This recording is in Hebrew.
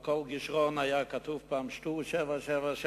על כל גשרון היה כתוב פעם: "שתו 777",